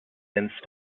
sense